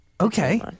Okay